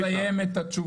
אני יכול לסיים את התשובה?